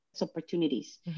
opportunities